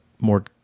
more